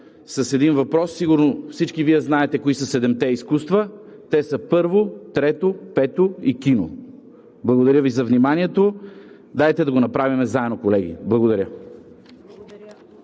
с един въпрос. Сигурно всички Вие знаете кои са седемте изкуства. Те са първо, трето, пето и кино. Благодаря Ви за вниманието. Дайте да го направим заедно, колеги! Благодаря.